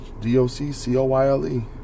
d-o-c-c-o-y-l-e